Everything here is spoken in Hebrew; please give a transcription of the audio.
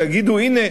ויגידו: הנה,